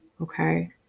okay